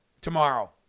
tomorrow